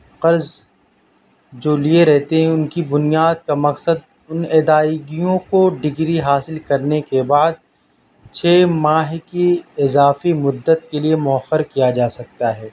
قرض جو لیے رہتے ہیں ان کی بنیاد کا مقصد ان ادائیگیوں کو ڈگری حاصل کرنے کے بعد چھ ماہ کی اضافی مدت کے لیے مؤخر کیا جا سکتا ہے